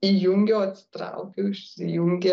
įjungiau atsitraukiau išsijungė